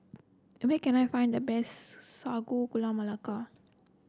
where can I find the best Sago Gula Melaka